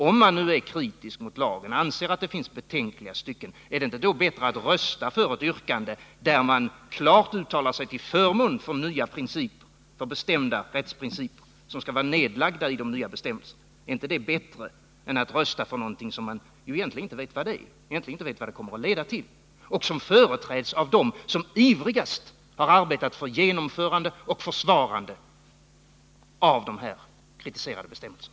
Om man nu är kritisk mot lagen och anser att det finns betänkliga stycken i den, är det då inte bättre att rösta för ett yrkande som innebär ett klart uttalande till förmån för att nya, bestämda rättsprinciper skall vara nedlagda i de nya bestämmelserna? Är det inte bättre än att rösta för något som man egentligen inte vet vad det kommer att leda till och som företräds av dem som ivrigast har arbetat för ett genomförande och försvarande av de här kritiserade bestämmelserna?